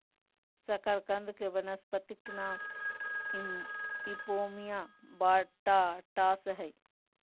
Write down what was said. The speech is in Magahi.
शकरकंद के वानस्पतिक नाम इपोमिया बटाटास हइ